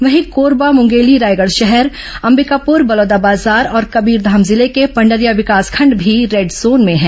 वहीं कोरबा मुंगेली रायगढ़ शहर अंबिकापुर बलौदाबाजार और कबीरधाम जिले के पंडरिया विकासखंड भी रेड जोन में हैं